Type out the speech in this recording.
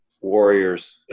warriors